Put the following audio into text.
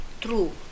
True